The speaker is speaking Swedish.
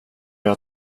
jag